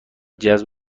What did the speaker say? جذب